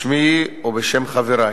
בשמי ובשם חברי